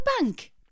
bank